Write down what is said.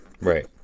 right